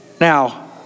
Now